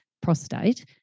prostate